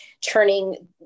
turning